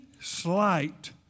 slight